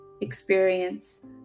experience